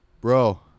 bro